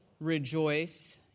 rejoice